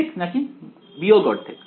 ½ নাকি ½